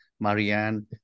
Marianne